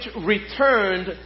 returned